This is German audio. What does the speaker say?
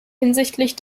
hinsichtlich